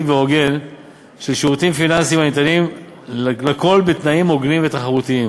והוגן של שירותים פיננסיים הניתנים לכול בתנאים הגונים ותחרותיים.